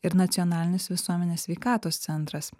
ir nacionalinis visuomenės sveikatos centras